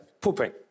pooping